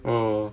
oh